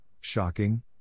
shocking